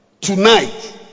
tonight